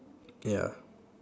ya